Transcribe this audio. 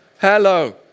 Hello